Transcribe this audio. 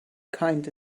kind